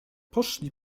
poszli